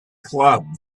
club